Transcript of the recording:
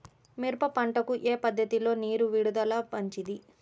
మిరప పంటకు ఏ పద్ధతిలో నీరు విడుదల మంచిది?